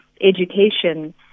Education